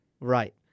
Right